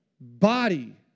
body